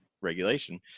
regulation